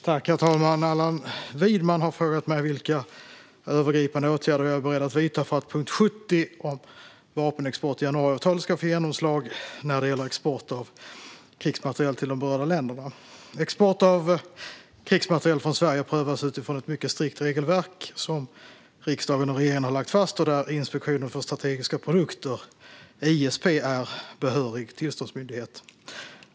Herr talman! har frågat mig vilka övergripande åtgärder jag är beredd att vidta för att punkt 70 om vapenexport i januariavtalet ska få genomslag när det gäller export av krigsmateriel till de berörda länderna. Export av krigsmateriel från Sverige prövas utifrån ett mycket strikt regelverk som riksdagen och regeringen har lagt fast och där Inspektionen för strategiska produkter, ISP, är behörig tillståndsmyndighet.